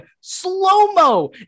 slow-mo